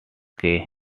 kay